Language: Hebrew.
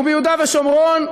וביהודה ושומרון,